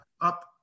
up